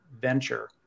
venture